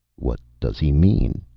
what does he mean?